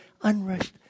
unrushed